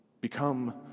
Become